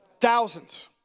Thousands